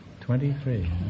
Twenty-three